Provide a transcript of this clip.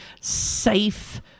safe